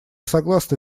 согласны